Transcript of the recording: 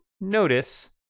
notice